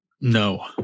No